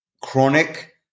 chronic